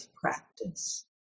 practice